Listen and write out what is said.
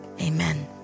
amen